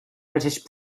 british